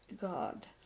God